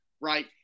Right